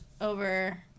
Over